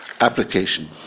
application